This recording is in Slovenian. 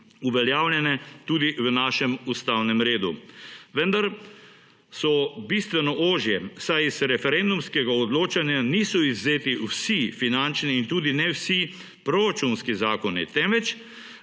uveljavljene tudi v našem ustavnem redu. Vendar so bistveno ožje, saj iz referendumskega odločanja niso izvzeti vsi finančni in tudi ne vsi proračunski zakoni, temveč